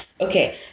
Okay